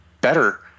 better